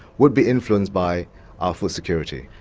would be influenced by our food security.